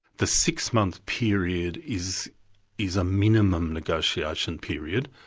the six month period is is a minimum negotiation period.